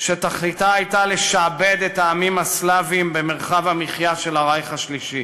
שתכליתה הייתה לשעבד את העמים הסלאביים במרחב המחיה של הרייך השלישי.